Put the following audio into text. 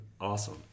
Awesome